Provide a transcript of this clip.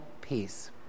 peace